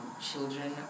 children